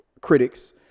critics